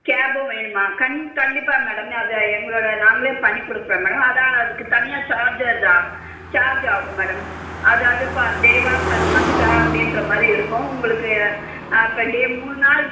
கேப்பும் வேணும்மா கண் கண்டிப்பாக மேடம் அது எங்களோட நாங்களே பண்ணிக்கொடுக்குறோம் மேடம் அதான் அதுக்கு தனியாக சார்ஜ்ஜர் தான் சார்ஜ் ஆகும் மேடம் அதாவது பெர் டேவா பெர் மந்த்தாக அப்படின்ற மாதிரி இருக்கும் உங்களுக்கு பெர் டே மூணு நாள்